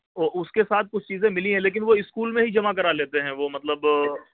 اور اس کے ساتھ کچھ چیزیں ملی ہیں لیکن وہ اسکول میں ہی جمع کرا لیتے ہیں وہ مطلب